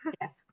Yes